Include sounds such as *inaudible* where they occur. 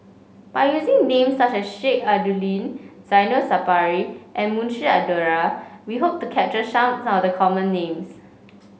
by using names such as Sheik Alau'ddin Zainal Sapari and Munshi Abdullah we hope to capture some *unintelligible* the common names